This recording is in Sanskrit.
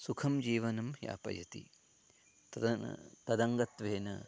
सुखं जीवनं यापयति तदा तदङ्गत्वेन